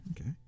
Okay